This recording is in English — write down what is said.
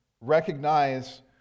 recognize